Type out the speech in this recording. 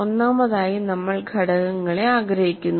ഒന്നാമതായി നമ്മൾ ഘടകങ്ങളെ ആഗ്രഹിക്കുന്നു